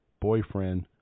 boyfriend